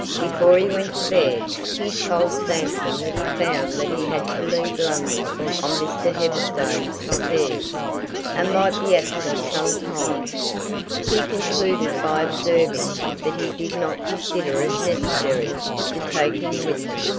before he went to bed, he told sampson that he found that he had to leave london on mr. heatherstone's affairs, and might be absent some time he concluded by observing that he did not consider it necessary to take him with him,